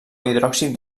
hidròxid